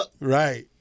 Right